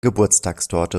geburtstagstorte